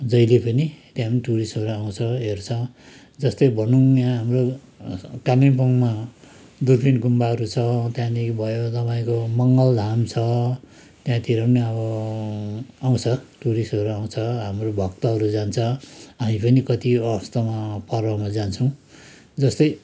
जहिले पनि त्यहाँ पनि टुरिस्टहरू आउँछ हेर्छ जस्तै भनौँ यहाँ हाम्रो कालिम्पोङमा दुर्पिन गुम्बाहरू छ त्यहाँदेखि भयो तपाईँको मङ्गल धाम छ त्यहाँतिर पनि अब आउँछ टुरिस्टहरू आउँछ हाम्रो भक्तहरू जान्छ हामी पनि कति अवस्थामा पर्वमा जान्छौँ जस्तै